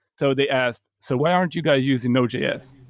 so they asked, so, why aren't you guys using node js?